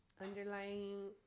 underlying